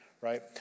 right